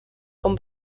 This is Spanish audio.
con